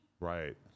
Right